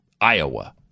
Iowa